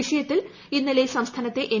വിഷയത്തിൽ ഇന്നലെ സംസ്ഥാനത്തെ എം